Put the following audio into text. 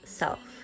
self